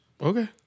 Okay